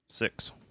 Six